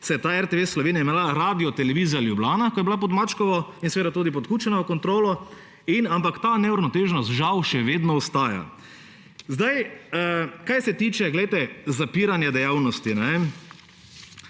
se je ta RTV Slovenija imenovala Radiotelevizija Ljubljana, ko je bila pod Mačkovo in seveda tudi pod Kučanovo kontrolo. In ampak ta neuravnoteženost žal še vedno ostaja. Kaj se tiče zapiranja dejavnosti